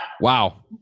Wow